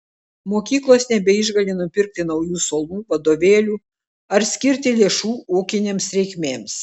mokyklos nebeišgali nupirkti naujų suolų vadovėlių ar skirti lėšų ūkinėms reikmėms